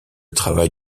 travail